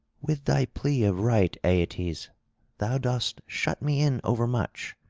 with thy plea of right, aeetes, thou dost shut me in overmuch.